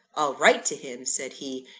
i'll write to him said he.